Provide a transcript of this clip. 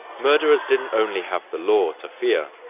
murderers didn't only have the law to fear.